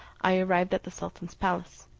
i arrived at the sultan's palace.